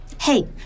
Hey